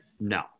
No